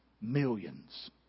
millions